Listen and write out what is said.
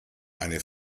eine